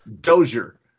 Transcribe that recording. Dozier